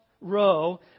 row